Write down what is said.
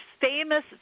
famous